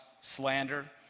slander